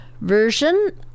version